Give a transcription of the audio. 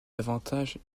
davantage